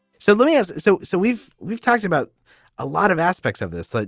so louis is so. so we've we've talked about a lot of aspects of this. like